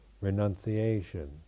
Renunciation